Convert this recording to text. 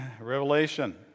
Revelation